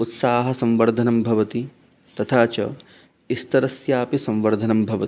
उत्साहसंवर्धनं भवति तथा च स्तरस्यापि संवर्धनं भवति